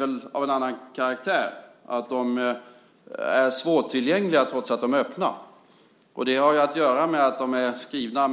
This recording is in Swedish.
Problemet är av en annan karaktär. Arkiven är nämligen svårtillgängliga trots att de är öppna. Det beror på att handlingarna delvis är skrivna